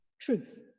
truth